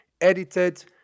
edited